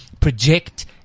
project